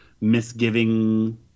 misgiving